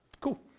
Cool